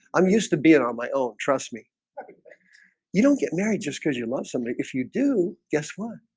i'm used to being on my own trust me you don't get married just because you love somebody if you do guess what?